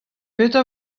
petra